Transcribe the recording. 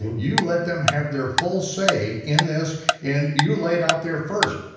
you let them have their full say in this and you lay it out there first.